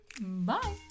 Bye